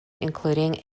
including